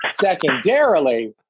Secondarily